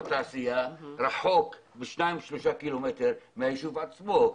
תעשייה רחוק בשניים-שלושה קילומטר מהיישוב עצמו.